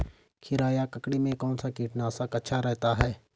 खीरा या ककड़ी में कौन सा कीटनाशक अच्छा रहता है?